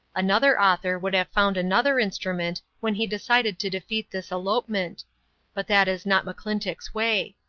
another author would have found another instrument when he decided to defeat this elopement but that is not mcclintock's way.